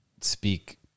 speak